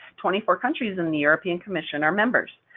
twenty-four countries in the european commission are members,